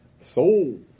Soul